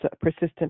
Persistent